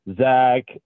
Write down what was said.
Zach